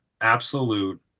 absolute